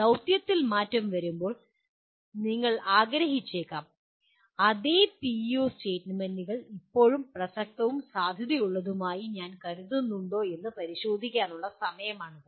ദൌത്യത്തിൽ മാറ്റം വരുമ്പോൾ നിങ്ങൾ ആഗ്രഹിച്ചേക്കാം അതേ പിഇഒ സ്റ്റേറ്റ്മെന്റുകൾ ഇപ്പോഴും പ്രസക്തവും സാധുതയുള്ളതുമായി ഞാൻ കരുതുന്നുണ്ടോ എന്ന് പരിശോധിക്കാനുള്ള സമയമാണിത്